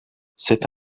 c’est